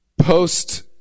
post